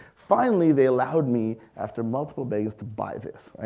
finally they allowed me after multiple beggings to buy this.